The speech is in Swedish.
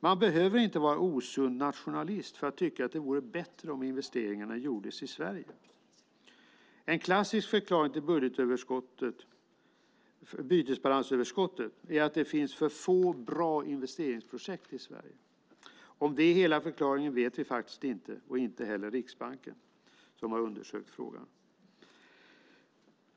Man behöver inte vara osund nationalist för att tycka att det vore bättre om investeringarna gjordes i Sverige. En klassisk förklaring till bytesbalansöverskottet är att det finns för få bra investeringsprojekt i Sverige. Om det är hela förklaringen vet vi inte och inte heller Riksbanken som har undersökt frågan.